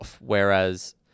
Whereas